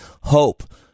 hope